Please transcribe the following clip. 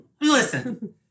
Listen